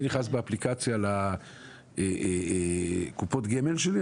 אני נכנס באפליקציה לקופות גמל שלי,